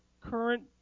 current